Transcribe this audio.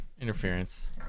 interference